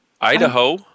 Idaho